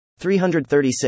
336